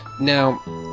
Now